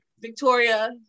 Victoria